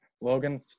Logan